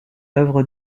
œuvre